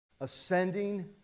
ascending